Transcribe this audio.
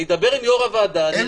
אני אדבר עם יושב-ראש הוועדה,